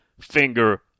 finger